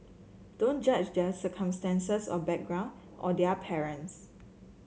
don't judge their circumstances or background or their parents